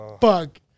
Fuck